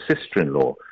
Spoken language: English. sister-in-law